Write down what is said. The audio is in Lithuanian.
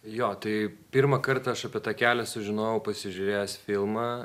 jo tai pirmą kartą aš apie tą kelią sužinojau pasižiūrėjęs filmą